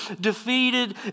defeated